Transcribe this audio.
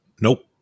Nope